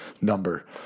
number